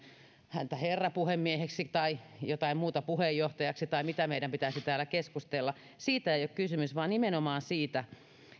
häntä herra puhemieheksi tai jotain muuta puheenjohtajaksi tai mitä meidän pitäisi täällä keskustella siitä ei ole kysymys vaan nimenomaan siitä